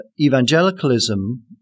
evangelicalism